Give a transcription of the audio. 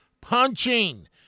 punching